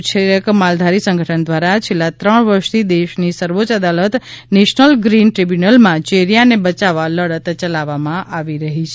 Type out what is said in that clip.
કચ્છ ઉંટ ઉછેરક માલધારી સંગઠન દ્વારા છેલ્લા ત્રણ વર્ષથી દેશની સર્વોચ્ય અદાલત નેશનલ ગ્રીન ટ્રીબ્યુનલમાં ચેરિયાને બચાવવા લડત ચલાવવામાં આવી રહી છે